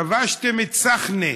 כבשתם את הסחנה,